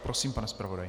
Prosím, pane zpravodaji.